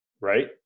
right